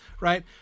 right